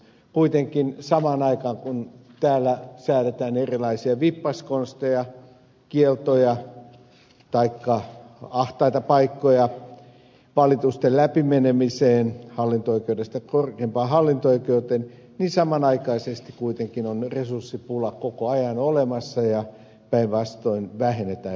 kuitenkin samaan aikaan kun täällä säädetään erilaisia vippaskonsteja kieltoja taikka ahtaita paikkoja valitusten läpimenolle hallinto oikeudesta korkeimpaan hallinto oikeuteen niin samanaikaisesti kuitenkin on resurssipula koko ajan olemassa ja resursseja vähennetään